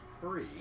free